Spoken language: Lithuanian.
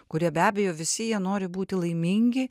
kurie be abejo visi jie nori būti laimingi